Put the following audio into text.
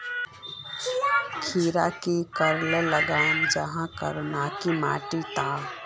खीरा की करे लगाम जाहाँ करे ना की माटी त?